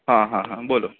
હા હા હા બોલો